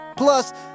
Plus